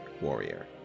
warrior